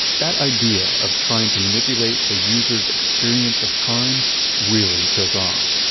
that idea of trying to manipulate the user's experience of time really took off,